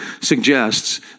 suggests